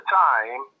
time